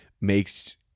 Makes